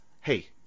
Hey